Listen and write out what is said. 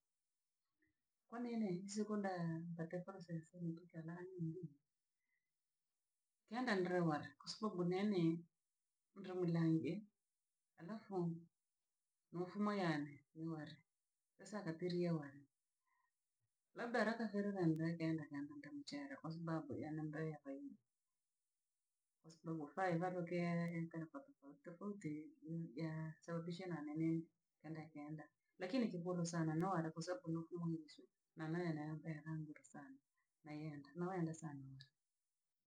Kwa nini sikundea mpate pa sense ituke na nili. Henda ndre ware, kwasababu neene, mundra mulabe, halafu, mufuma yane ni ware, asakapiria ware. labda haraka sere la ngengamchere, kawasababu yanambeya hayu, kwasababu faa ivavake tofauti tofauti, sababisha na ninii. Naande keenda, lakini kibodo sana no wala kwasababu numwiriswe, na mene ne nalambike sana, nayeenda noenda sana uri.